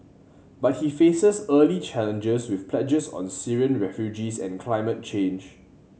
but he faces early challenges with pledges on Syrian refugees and climate change